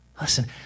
Listen